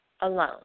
alone